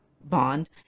bond